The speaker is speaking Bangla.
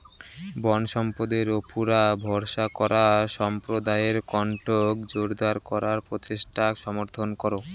বনসম্পদের উপুরা ভরসা করা সম্প্রদায়ের কণ্ঠক জোরদার করার প্রচেষ্টাক সমর্থন করো